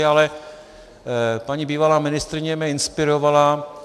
Ale paní bývalá ministryně mě inspirovala.